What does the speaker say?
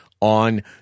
on